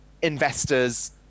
investors